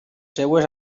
seues